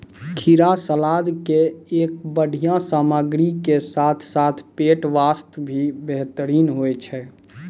खीरा सलाद के एक बढ़िया सामग्री के साथॅ साथॅ पेट बास्तॅ भी बेहतरीन होय छै